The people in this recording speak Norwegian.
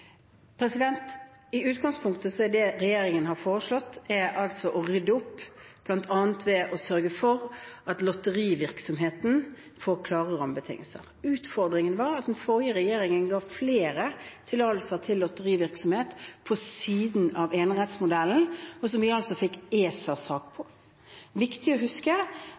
I utgangspunktet er det regjeringen har foreslått, å rydde opp, bl.a. ved å sørge for at lotterivirksomheten får klare rammebetingelser. Utfordringen var at den forrige regjeringen ga flere tillatelser til lotterivirksomhet, på siden av enerettsmodellen, noe som vi fikk en ESA-sak om. Det er viktig å huske